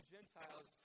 Gentiles